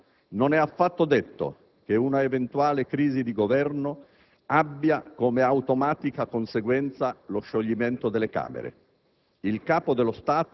D'altro canto, non è affatto detto che un'eventuale crisi di Governo abbia come automatica conseguenza lo scioglimento delle Camere.